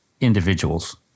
individuals